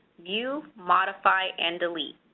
view, modify and delete,